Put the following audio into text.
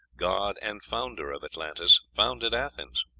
god and founder of atlantis, founded athens.